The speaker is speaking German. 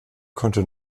konnte